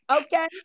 Okay